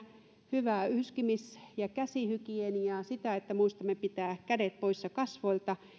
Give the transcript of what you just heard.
hyvää yskimis ja käsihygieniaa sitä että muistamme pitää kädet poissa kasvoilta